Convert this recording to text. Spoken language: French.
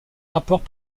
rapports